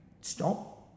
stop